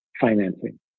financing